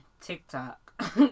TikTok